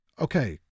okay